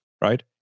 right